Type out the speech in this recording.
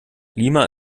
lima